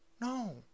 no